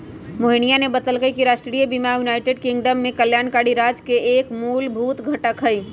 मोहिनीया ने बतल कई कि राष्ट्रीय बीमा यूनाइटेड किंगडम में कल्याणकारी राज्य के एक मूलभूत घटक हई